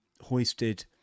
hoisted